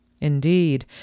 Indeed